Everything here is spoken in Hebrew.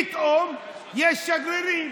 פתאום יש שגרירים,